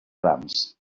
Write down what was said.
rams